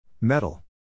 Metal